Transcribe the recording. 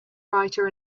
writer